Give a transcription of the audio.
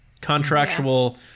Contractual